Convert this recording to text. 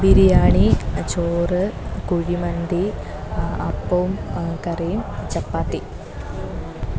ബിരിയാണി ചോറ് കുഴിമന്തി അപ്പവും കറിയും ചപ്പാത്തി